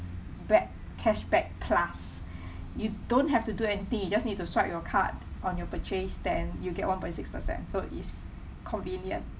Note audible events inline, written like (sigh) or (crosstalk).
back cashback plus (breath) you don't have to do anything you just need to swipe your card on your purchase then you'll get one point six percent so is convenient